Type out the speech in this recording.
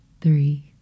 three